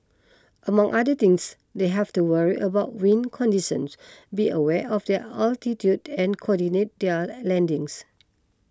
among other things they have to worry about wind conditions be aware of their altitude and coordinate their landings